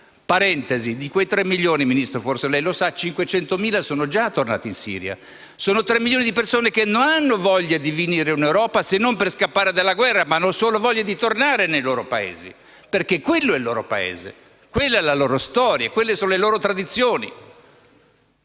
Peraltro, di quei tre milioni, signor Ministro, forse lei sa che 500.000 sono già tornati in Siria. Sono tre milioni di persone che non hanno voglia di venire in Europa, se non per scappare dalla guerra, ma hanno solo voglia di tornare nei loro Paesi: perché quello è il loro Paese, quella è la loro storia, quelle sono le loro tradizioni.